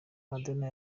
madonna